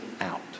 out